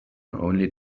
only